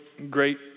great